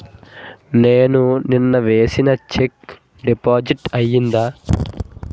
నేను నిన్న వేసిన చెక్ డిపాజిట్ అయిందా?